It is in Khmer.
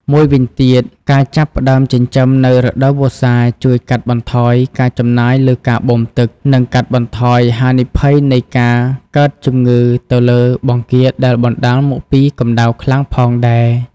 មួយវិញទៀតការចាប់ផ្តើមចិញ្ចឹមនៅរដូវវស្សាជួយកាត់បន្ថយការចំណាយលើការបូមទឹក និងកាត់បន្ថយហានិភ័យនៃការកើតជំងឺទៅលើបង្គាដែលបណ្ដាលមកពីកម្ដៅខ្លាំងផងដែរ។